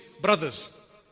brothers